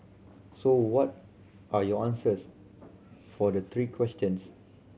so what are your answers for the three questions